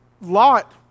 Lot